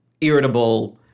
irritable